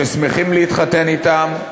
ששמחים להתחתן אתם,